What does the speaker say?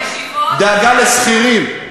דאגה לשכירים,